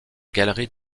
galerie